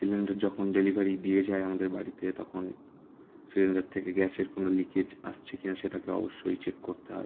cylinder যখন delivery দিয়ে যায় আমাদের বাড়িতে তখন সিলিন্ডার থেকে গ্যাসের কোনো লিকেজ আসছে কি না সেটাকে অবশ্যই চেক করতে হয়